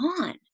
on